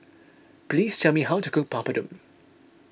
please tell me how to cook Papadum